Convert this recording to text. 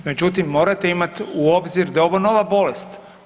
Međutim, morate imati u obzir da je ovo nova bolest.